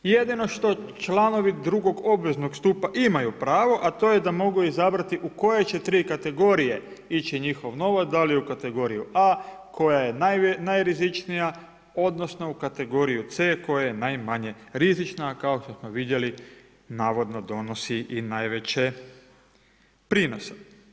Jedino što članovi drugog obveznog stupa imaju pravo, a to je da mogu izabrati u koje će tri kategorije ići njihov novac, da li u kategoriju A koja je najrizičnija odnosno u kategoriju C koja je najmanje rizična, a kako što smo vidjeli navodno donosi i najveće prinose.